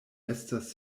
estas